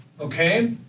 okay